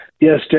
Yes